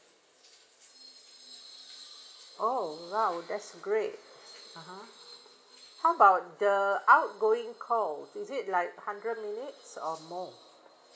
oh !wow! that's great a'ah how about the outgoing call so is it like hundred or more